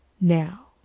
now